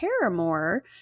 Paramore